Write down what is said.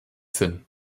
sinn